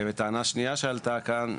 וטענה שנייה שעלתה כאן,